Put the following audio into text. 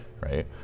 right